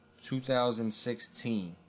2016